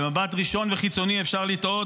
במבט ראשון וחיצוני אפשר לטעות,